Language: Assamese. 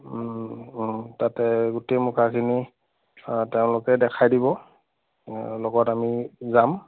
তাতে গোটেই মুখাখিনি তেওঁলোকে দেখাই দিব লগত আমি যাম